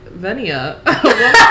Venia